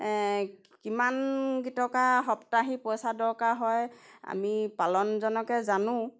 কিমান কেই টকা সপ্তাহি পইচা দৰকাৰ হয় আমি পালনজনকে জানো